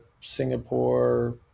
Singapore